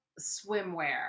swimwear